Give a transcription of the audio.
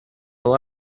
fel